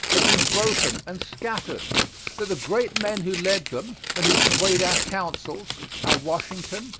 had been broken and scattered that the great men who led them, and who swayed our councils our washington,